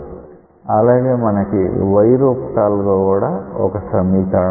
అలాగే మనకి y రూపకాలలో కూడా ఒక సమీకరణం వస్తుంది